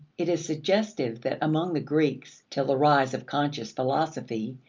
it is suggestive that among the greeks, till the rise of conscious philosophy,